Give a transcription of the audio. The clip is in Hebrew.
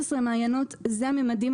13 מעיינות אלה הממדים.